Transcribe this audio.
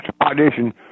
audition